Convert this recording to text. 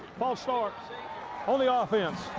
false start on the ah offense.